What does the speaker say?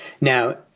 Now